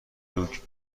دوگ